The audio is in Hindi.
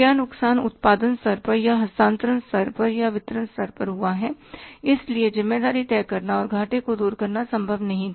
क्या नुकसान उत्पादन स्तर पर या हस्तांतरण स्तर पर या वितरण स्तर पर हुआ है इसलिए ज़िम्मेदारी तय करना और घाटे को दूर करना संभव नहीं था